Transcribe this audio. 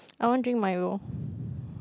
I want drink Milo